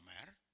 matter